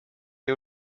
you